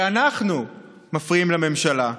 שאנחנו מפריעים לממשלה.